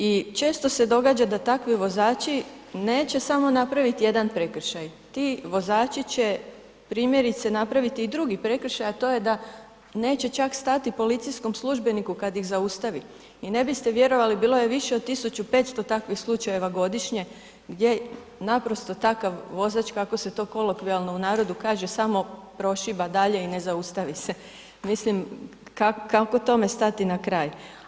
I često se događa da takvi vozači neće samo napraviti samo jedan prekršaj, ti vozači će primjerice napraviti i drugi prekršaj, a to je da neće čak stati policijskom službeniku kad ih zaustavi i ne biste vjerovali, bilo je više od 1500 takvih slučajeva godišnje gdje naprosto takav vozač, kako se to kolokvijalno u narodu kaže, samo prošiba dalje i ne zaustavi se, mislim kako tome stati na kraj.